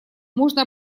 можно